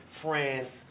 France